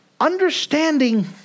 Understanding